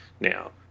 now